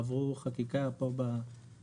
עברו חקיקה פה בוועדה,